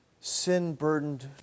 Sin-burdened